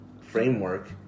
framework